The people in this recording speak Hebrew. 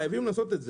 חייבים לעשות את זה.